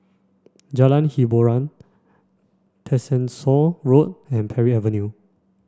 Jalan Hiboran Tessensohn Road and Parry Avenue